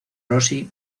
rossi